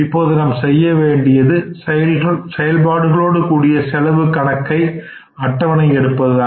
இப்பொழுது நாம் செய்ய வேண்டியது செயல்பாடுகளோடு கூடிய செலவு கணக்கை அட்டவணை எடுப்பதுதான்